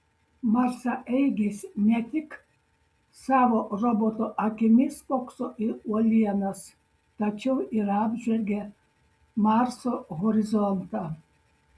marsaeigis ne tik savo roboto akimis spokso į uolienas tačiau ir apžvelgia marso horizontą